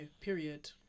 Period